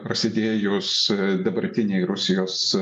prasidėjus dabartinei rusijos